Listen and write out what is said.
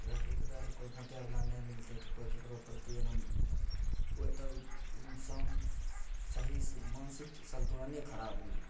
अगर दुखदर्द कोइ बाँटयवला नहि मिलतय तऽ कोइ ककरो प्रति एना कोइ तब इंसान सहीसँ मानसिक सन्तुलने खराब होइ जेतय